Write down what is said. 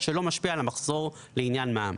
אבל שלא משפיעה על המחזור לעניין מע"מ.